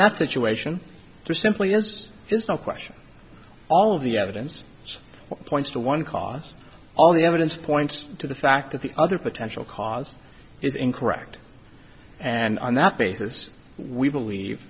that situation to simply it's just a question all of the evidence points to one cause all the evidence points to the fact that the other potential cause is incorrect and on that basis we believe